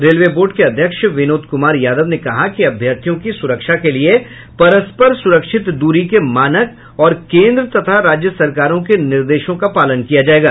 railway board के अध्यक्ष विनोद कुमार यादव ने कहा कि अभ्यार्थियों की सुरक्षा के लिए परस्पर सुरक्षित दूरी के मानक और केंद्र तथा राज्य सरकारों के निर्देशों का पालन किया जाएगा